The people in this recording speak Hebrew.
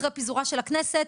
אחרי פיזורה של הכנסת,